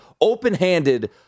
open-handed